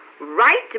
Right